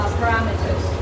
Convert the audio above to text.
parameters